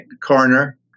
corner